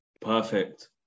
Perfect